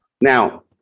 Now